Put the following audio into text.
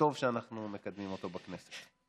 וטוב שאנחנו מקדמים אותו בכנסת.